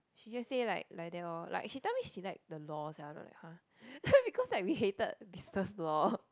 she just say like like that lor like she tell me she like the law sia know that kind of thing because we like hated business law